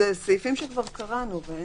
אלו סעיפים שכבר קראנו.